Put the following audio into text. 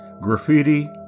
Graffiti